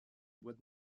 bois